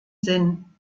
sinn